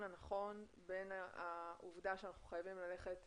הנכון בין העובדה שאנחנו חייבים ללכת